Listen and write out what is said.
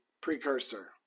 precursor